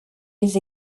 les